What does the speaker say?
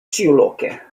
ĉiuloke